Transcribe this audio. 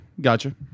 gotcha